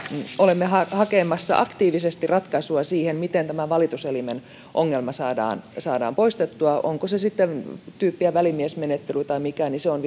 olemme hakemassa aktiivisesti ratkaisua siihen miten tämän valitus elimen ongelma saadaan poistettua onko se sitten tyyppiä välimiesmenettely vai mikä se on